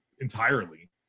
entirely